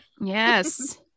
yes